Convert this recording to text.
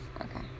Okay